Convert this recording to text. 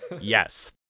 Yes